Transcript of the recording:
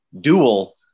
dual